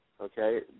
okay